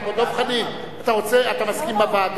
דב חנין, אתה מסכים בוועדה?